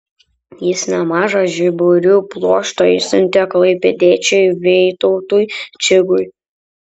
jis nemažą žiburių pluoštą išsiuntė klaipėdiečiui vytautui čigui